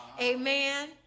amen